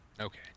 Okay